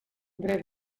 dret